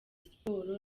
siporo